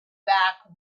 back